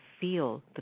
feel